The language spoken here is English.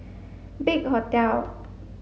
big Hotel